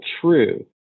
true